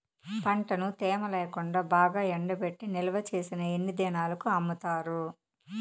పంటను తేమ లేకుండా బాగా ఎండబెట్టి నిల్వచేసిన ఎన్ని దినాలకు అమ్ముతారు?